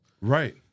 Right